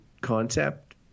concept